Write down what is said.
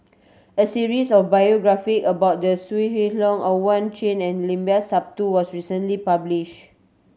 a series of biography about the Wee Leong Owyang Chi and Limat Sabtu was recently published